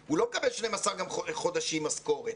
והוא גם לא מקבל 12 חודשים משכורת,